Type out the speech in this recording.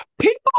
People